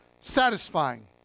satisfying